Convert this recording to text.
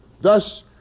Thus